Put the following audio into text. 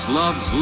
loves